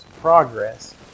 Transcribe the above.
progress